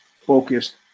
focused